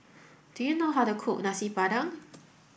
do you know how to cook Nasi Padang